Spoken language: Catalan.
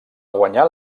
guanyar